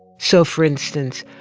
so for instance,